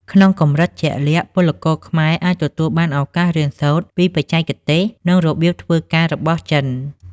ក្នុងកម្រិតជាក់លាក់ ពលករខ្មែរអាចទទួលបានឱកាសរៀនសូត្រពីបច្ចេកទេស និងរបៀបធ្វើការរបស់ចិន។